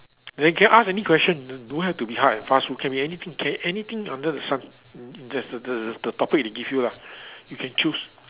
then can ask any question don't don't have to be hard and fast it can be anything can anything under the sun there's the the the topic they give you lah you can choose